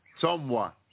somewhat